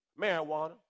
marijuana